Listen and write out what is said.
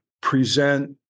present